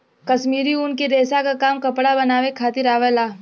कश्मीरी ऊन के रेसा क काम कपड़ा बनावे खातिर आवला